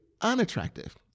unattractive